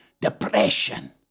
Depression